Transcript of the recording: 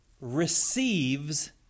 receives